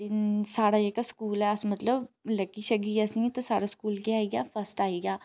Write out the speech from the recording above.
अ साढ़ा जेह्का स्कूल ऐ अस मतलब लग्गी शग्गियै असें गी साढ़ा स्कूल केह् आइया फर्स्ट आइया